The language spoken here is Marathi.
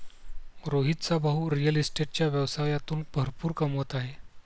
रोहितचा भाऊ रिअल इस्टेटच्या व्यवसायातून भरपूर कमवत आहे